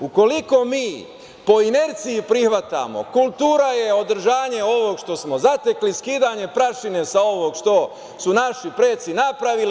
Ukoliko mi po inerciji prihvatimo, kultura je održanje ovog što smo zatekli, skidanje prašine sa ovog što su naši preci napravili.